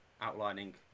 outlining